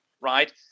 right